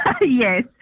Yes